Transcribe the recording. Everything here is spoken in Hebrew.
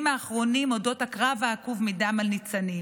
האחרונים על אודות הקרב העקוב מדם על ניצנים.